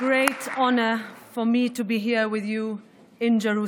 תודה רבה, אדוני היושב-ראש.